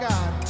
God